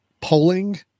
polling